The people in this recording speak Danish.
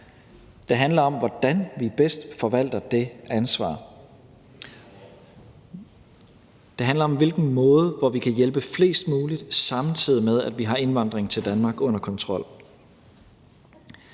Det handler om, hvordan vi bedst forvalter det ansvar. Det handler om, på hvilken måde vi kan hjælpe flest mulige, samtidig med at vi har indvandringen til Danmark under kontrol.